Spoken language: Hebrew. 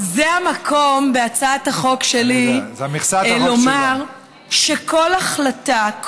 זה המקום בהצעת החוק שלי לומר שכל החלטה,